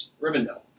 Rivendell